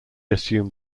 assumed